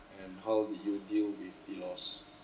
and how did you deal with the loss